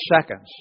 seconds